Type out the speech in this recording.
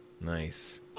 Nice